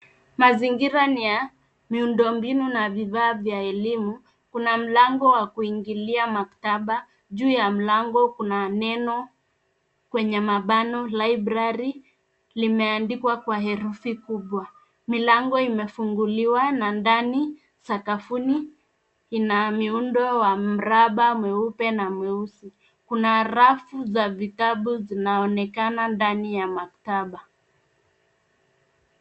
Mazingira ni ya miundombinu na vifaa vya elimu. Kuna mlango wa kuingilia maktaba. Juu ya mlango kuna neno kwenye mabano, library , limeandikwa kwa herufi kubwa. Milango imefunguliwa na ndani. Sakafuni ina miundo wa mraba mweupe na mweusi. Kuna rafu za vitabu zinaonekana ndani ya maktaba.